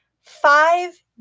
Five